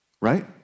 Right